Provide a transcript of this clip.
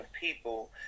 people